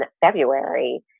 February